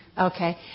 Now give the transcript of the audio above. Okay